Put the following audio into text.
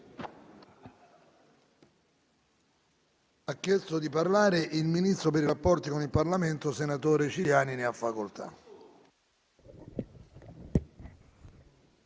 Ha chiesto di intervenire il ministro per i rapporti con il Parlamento, senatore Ciriani. Ne ha facoltà.